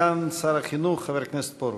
סגן שר החינוך חבר הכנסת פרוש.